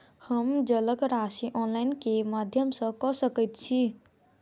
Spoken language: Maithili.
हम जलक राशि ऑनलाइन केँ माध्यम सँ कऽ सकैत छी?